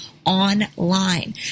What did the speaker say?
Online